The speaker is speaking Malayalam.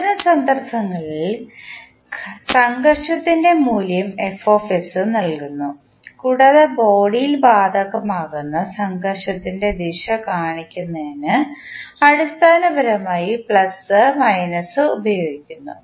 അത്തരം സന്ദർഭങ്ങളിൽ സംഘർഷത്തിൻറെ മൂല്യം നൽകുന്നു കൂടാതെ ബോഡിയിൽ ബാധകമാകുന്ന സംഘർഷത്തിൻറെ ദിശ കാണിക്കുന്നതിന് അടിസ്ഥാനപരമായി പ്ലസ് മൈനസ് ഉപയോഗിക്കുന്നു